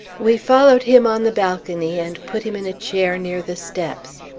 we followed him on the balcony and put him in a chair near the steps.